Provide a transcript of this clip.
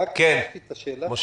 לא קיבלתי מענה.